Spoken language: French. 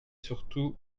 surtout